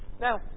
now